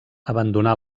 abandonà